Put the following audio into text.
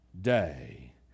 day